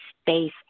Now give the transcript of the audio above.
space